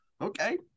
Okay